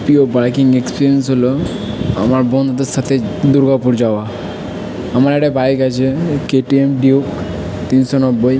প্রিয় biking experience হলো আমার বন্ধুদের সাথে দুর্গাপুর যাওয়া আমার একটা বাইক আছে কেটিএম ডিউক তিনশো নব্বই